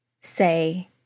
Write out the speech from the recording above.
say